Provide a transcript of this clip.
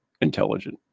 intelligent